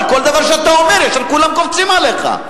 כי כל דבר שאתה אומר ישר כולם קופצים עליך.